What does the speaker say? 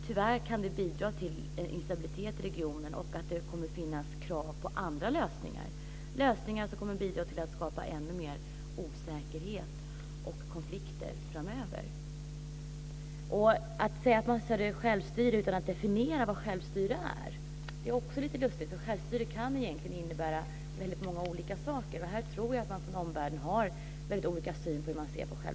Tyvärr kan det bidra till en instabilitet i regionen och till att det kommer att finnas krav på andra lösningar, lösningar som kommer att bidra till att skapa ännu mer osäkerhet och konflikter framöver. Att säga att man stöder självstyre utan att definiera vad självstyre är är också lite lustigt, för självstyre kan egentligen innebära väldigt många olika saker. Jag tror att omvärlden har väldigt olika syn på självstyre.